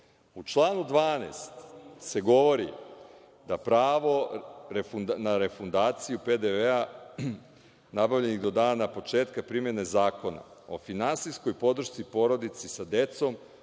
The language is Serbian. članu 12. se govori da pravo na refundaciju PDV-a nabavljenih do dana početka primene Zakona o finansijskoj podršci porodici sa decom,